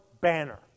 banner